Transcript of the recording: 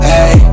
Hey